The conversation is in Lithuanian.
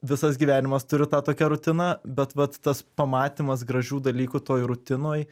visas gyvenimas turi tą tokią rutiną bet vat tas pamatymas gražių dalykų toj rutinoj